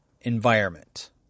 environment